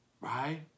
Right